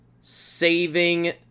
saving